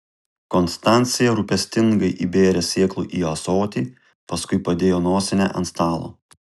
konstancija rūpestingai įbėrė sėklų į ąsotį paskui padėjo nosinę ant stalo